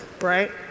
right